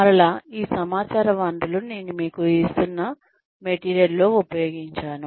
మరలా ఈ సమాచార వనరులు నేను నేను మీకు ఇస్తున్న మేటీరియల్ లో ఉపయోగించాను